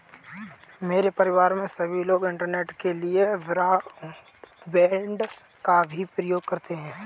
मेरे परिवार में सभी लोग इंटरनेट के लिए ब्रॉडबैंड का भी प्रयोग करते हैं